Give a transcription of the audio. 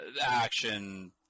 action